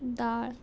दाळ